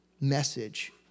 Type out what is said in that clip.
message